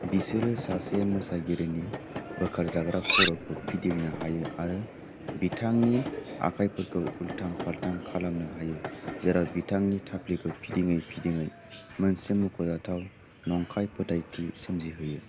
बिसोरो सासे मोसागिरिनि बोखारजाग्रा खर'खौ फिदिंनो हायो आरो बिथांनि आखाइफोरखौ उल्थां फाल्थां खालामनो हायो जेराव बिथांनि थाफ्लिखौ फिदिङै फिदिङै मोनसे मख'जाथाव नंखाय फोथायथि सोमजिहोयो